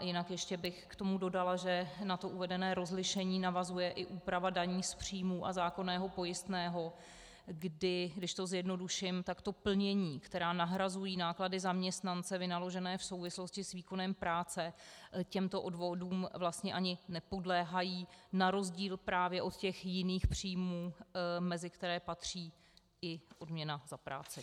Jinak bych k tomu ještě dodala, že na uvedené rozlišení navazuje i úprava daní z příjmů a zákonného pojistného, kdy když to zjednoduším plnění, která nahrazují náklady zaměstnance vynaložené v souvislosti s výkonem práce, těmto odvodům vlastně ani nepodléhají na rozdíl právě od jiných příjmů, mezi které patří i odměna za práci.